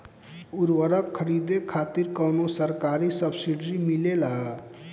उर्वरक खरीदे खातिर कउनो सरकारी सब्सीडी मिलेल?